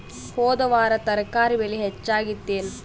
ಹೊದ ವಾರ ತರಕಾರಿ ಬೆಲೆ ಹೆಚ್ಚಾಗಿತ್ತೇನ?